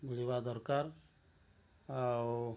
ମିଳିବା ଦରକାର ଆଉ